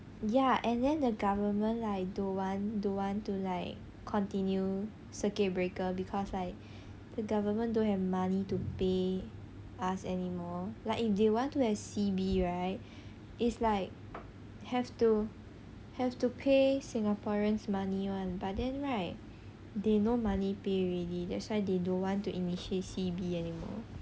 ya and then the government like don't want don't want to like continue circuit breaker because like the government don't have money to pay us anymore like if they want to have C_B right it's like have to have to pay singaporeans money [one] but then right they no money pay already that's why they don't want to initiate C_B anymore